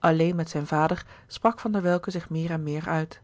louis couperus de boeken der kleine zielen alleen met zijn vader sprak van der welcke zich meer en meer uit